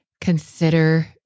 consider